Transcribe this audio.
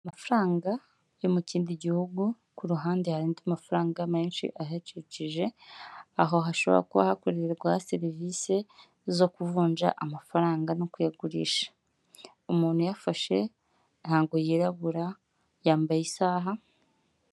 Amafaranga yo mu kindi gihugu, ku ruhande hari andi mafaranga menshi ahakikije, aho hashobora kuba hakorerwa serivise zo kuvunja amafaranga no kuyagurisha. Umuntu uyafashe ntago yirabura yambaye isaha.